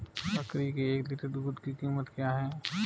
बकरी के एक लीटर दूध की कीमत क्या है?